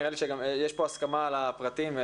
נראה לי שיש הסכמה על הפרטים.